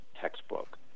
textbook